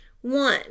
one